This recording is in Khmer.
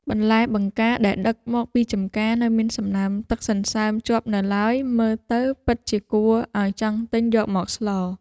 បន្លែបង្ការដែលដឹកមកពីចំការនៅមានសំណើមទឹកសន្សើមជាប់នៅឡើយមើលទៅពិតជាគួរឱ្យចង់ទិញយកមកស្ល។